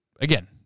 again